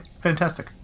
fantastic